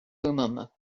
thummim